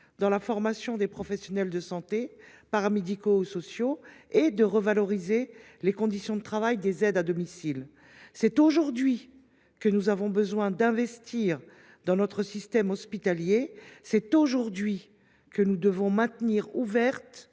dans la formation des professionnels de santé, paramédicaux ou sociaux, et de revaloriser les conditions de travail des aides à domicile. C’est aujourd’hui que nous avons besoin d’investir dans notre système hospitalier. C’est aujourd’hui que nous devons maintenir ouvertes